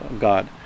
God